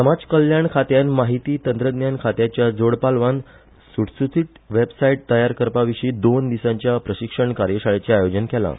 समाजकल्याण खात्यान माहिती तंत्रज्ञान खात्याच्या जोडपालवान सुटसुटीत वेबसायट तयार करपा विशीं दोन दिसांच्या प्रशिक्षण कार्यशाळेचे आयोजन केलां